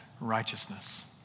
righteousness